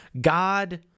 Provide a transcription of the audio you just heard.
God